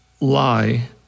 lie